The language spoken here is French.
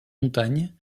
montagnes